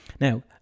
Now